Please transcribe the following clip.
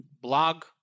blog